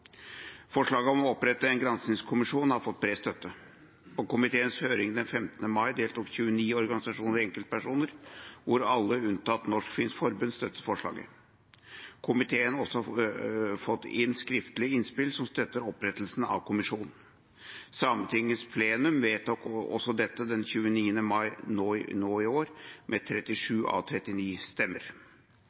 Forslaget om å opprette en granskingskommisjon har fått bred støtte. På komiteens høring den 15. mai deltok 29 organisasjoner og enkeltpersoner, hvor alle unntatt Norsk-Finsk Forbund støttet forslaget. Komiteen har også fått inn skriftlige innspill som støtter opprettelsen av kommisjonen. Sametingets plenum vedtok også dette den 29. mai nå i år, med 37 av 39 stemmer.